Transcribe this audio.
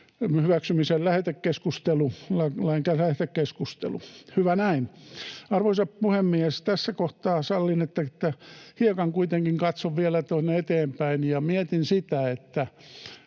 lain lähetekeskustelu. Hyvä näin. Arvoisa puhemies! Tässä kohtaa sallinette, että hiukan kuitenkin katson vielä eteenpäin ja mietin sitä, mitä